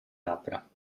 labbra